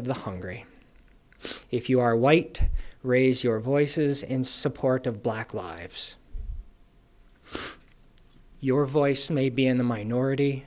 of the hungry if you are white raise your voices in support of black lives your voice may be in the minority